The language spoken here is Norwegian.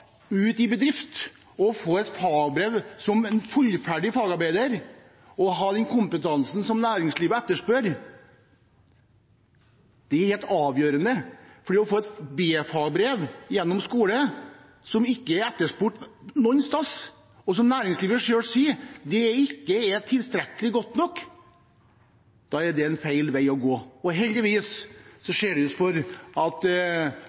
ut i bedrift og få et fagbrev som fullt ferdig fagarbeider med den kompetansen som næringslivet etterspør, som er helt avgjørende. Det å tilby et b-fagbrev gjennom skolen som ikke er etterspurt noe sted, og som næringslivet selv sier ikke er tilstrekkelig eller godt nok, er feil vei å gå, og heldigvis ser det ut til at